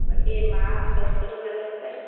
বাকী মাৰ স্বাস্থ্যটো ভালে আছে